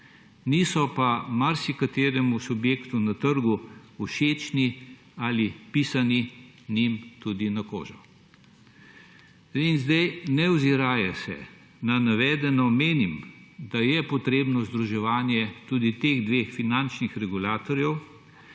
niso pa marsikateremu subjektu na trgu všečni ali pisani njim tudi na koži. Ne oziraje se na navedeno, menim, da je potrebno združevanje tudi teh dveh finančnih regulatorjev,